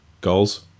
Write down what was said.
goals